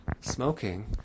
smoking